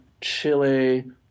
Chile